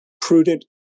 prudent